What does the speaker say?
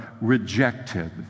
rejected